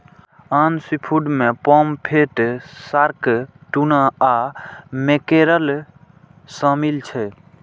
आन सीफूड मे pomfret, shark, tuna आ मैकेरल शामिल छै